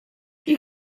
you